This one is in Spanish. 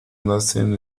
nacen